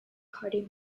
party